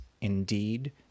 indeed